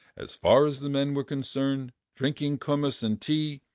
as far as the men were concerned, drinking kumiss and tea,